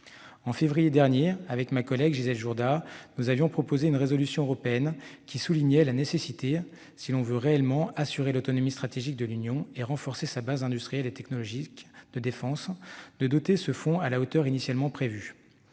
En février dernier, Gisèle Jourda et moi-même avions présenté une proposition de résolution européenne qui soulignait la nécessité, si l'on veut réellement assurer l'autonomie stratégique de l'Union et renforcer sa base industrielle et technologique de défense, de doter ce fonds à la hauteur initialement prévue.